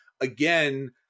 again